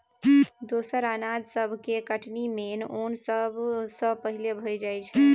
दोसर अनाज सब केर कटनी मेन ओन सँ पहिले भए जाइ छै